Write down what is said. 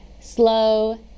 slow